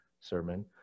sermon